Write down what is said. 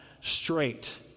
straight